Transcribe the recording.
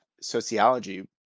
sociology